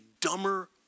dumber